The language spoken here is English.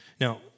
Now